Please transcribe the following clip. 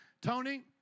Tony